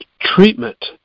treatment